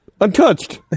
Untouched